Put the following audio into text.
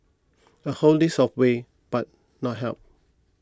a whole list of ways but not help